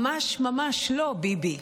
ממש ממש לא, ביבי.